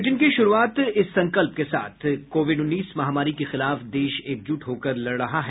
bulletin की शुरूआत इस संकल्प के साथ कोविड उन्नीस महामारी के खिलाफ देश एकजुट होकर लड़ रहा है